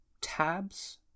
tabs